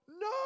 no